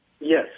Yes